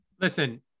Listen